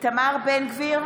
איתמר בן גביר,